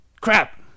crap